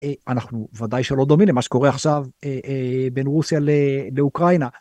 אנחנו ודאי שלא דומים למה שקורה עכשיו בין רוסיה לאוקראינה.